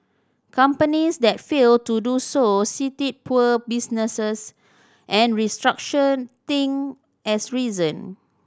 companies that failed to do so cited poor businesses and restruction thing as reason